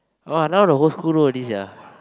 !wah! now the whole school know already sia